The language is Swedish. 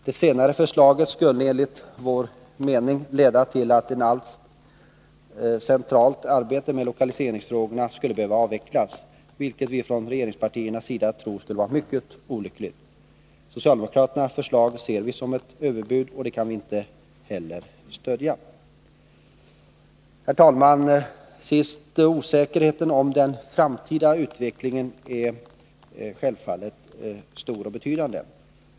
Det senare förslaget skulle enligt vår mening leda till att allt centralt arbete med lokaliseringsfrågorna skulle behöva avvecklas, vilket vi från regeringspartiernas sida tror skulle vara mycket olyckligt. Socialdemokraternas förslag ser vi som ett överbud, som vi inte heller kan stödja. Osäkerheten om den framtida utvecklingen är självfallet av stor betydelse.